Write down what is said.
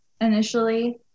initially